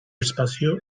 espazio